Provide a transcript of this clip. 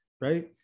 right